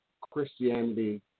Christianity